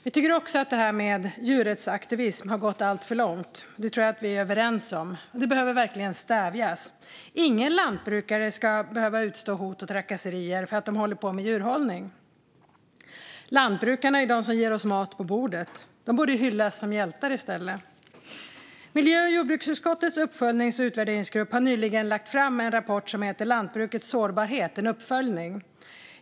Vi tycker också att djurrättsaktivismen har gått alltför långt, och det tror jag att vi är överens om. Detta behöver verkligen stävjas. Ingen lantbrukare ska behöva utstå hot och trakasserier för att de håller på med djurhållning. Lantbrukarna är de som ger oss mat på bordet och borde hyllas som hjältar i stället. Miljö och jordbruksutskottets uppföljnings och utvärderingsgrupp har nyligen lagt fram en rapport som heter Lantbrukets sårbarhet - en uppföljning .